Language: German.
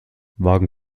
wagen